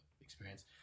experience